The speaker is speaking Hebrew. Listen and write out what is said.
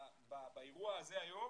באירוע הזה היום